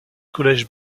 collège